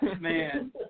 Man